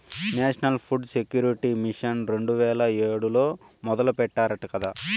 national food security mission రెండు వేల ఏడులో మొదలెట్టారట కదా